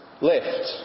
left